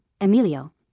Emilio